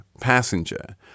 passenger